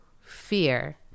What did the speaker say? fear